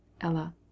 Ella